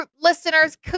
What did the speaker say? Listeners